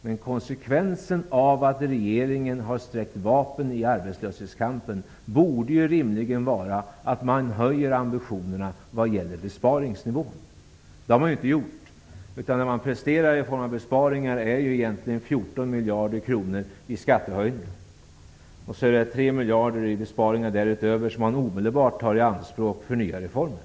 Men konsekvensen av att regeringen har sträckt vapen i arbetslöshetskampen borde rimligen vara att man höjer ambitionerna i fråga om besparingsnivån. Det har man nu inte gjort, utan vad man presterar i form av besparingar är 14 miljarder kronor i skattehöjningar. Sedan tillkommer 3 miljarder i besparingar som man omedelbart tar i anspråk för nya reformer.